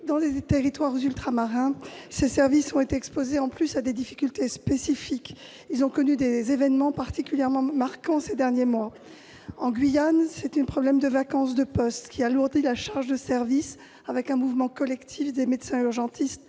Dans les territoires ultramarins, ces services sont exposés en plus à des difficultés spécifiques. En effet, ils ont connu des événements particulièrement marquants ces derniers mois. En Guyane, c'est un problème de vacance de postes qui alourdit la charge de service, avec un mouvement collectif des médecins urgentistes